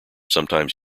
sometimes